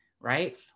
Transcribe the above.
right